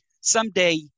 someday